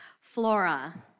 Flora